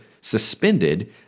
suspended